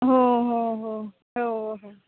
हो हो हो हो हो